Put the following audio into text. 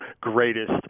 greatest